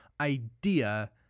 idea